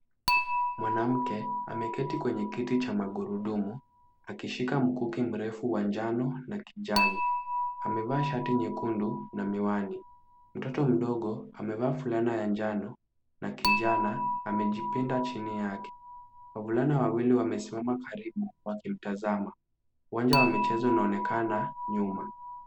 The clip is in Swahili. Mwanamke ameketi kwenye kiti cha magurudumu akishika mkuki mrefu wa njano na kijani. Amevaa shati nyekundu na miwani. Mtoto mdogo amevaa fulana ya njano na kijani amejipinda chini yake. Wavulana wawili wamesimama karibu wakimtazama. Uwanja wa michezo unaonekana nyuma.